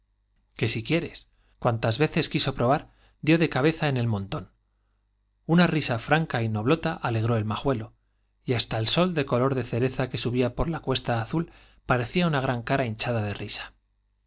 que si cuantas quiso probar dió i quieres veces de cabeza en el montón una risa franca y noblota alegró el majuelo y hasta el sol de color de cereza que subía por la cuesta azul parecía una cara gran hinchada de risa